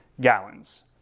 gallons